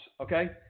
Okay